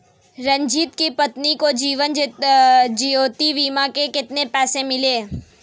रंजित की पत्नी को जीवन ज्योति बीमा के कितने पैसे मिले?